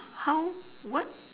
how what